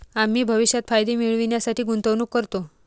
आम्ही भविष्यात फायदे मिळविण्यासाठी गुंतवणूक करतो